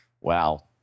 Wow